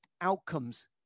outcomes